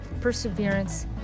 Perseverance